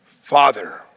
Father